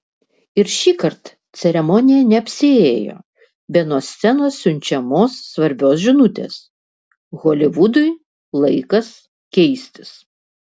ir šįkart ceremonija neapsiėjo be nuo scenos siunčiamos svarbios žinutės holivudui laikas keistis